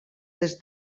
des